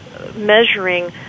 measuring